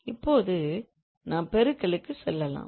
இப்போது நாம் பெருக்கலுக்கு சொல்லலாம்